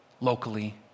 locally